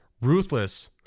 ruthless